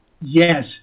Yes